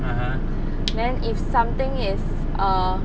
then if something is err